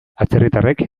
atzerritarrek